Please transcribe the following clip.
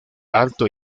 alto